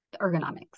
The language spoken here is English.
ergonomics